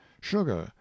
sugar